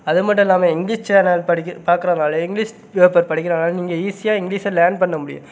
அது மட்டும் இல்லாமல் இங்கிலீஷ் சேனல் படிக்க பார்க்கறனாலே இங்கிலீஷ் பேப்பர் படிக்கிறனால நீங்கள் ஈஸியாக இங்கிலீஷை லேர்ன் பண்ண முடியும்